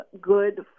good